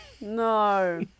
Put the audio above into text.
No